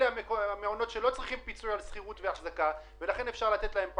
אלה המעונות שלא צריכים פיצוי על אחזקה ולכן אפשר לתת להם פחות?